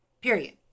period